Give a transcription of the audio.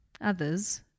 others